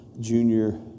junior